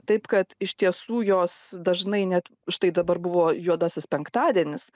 taip kad iš tiesų jos dažnai net štai dabar buvo juodasis penktadienis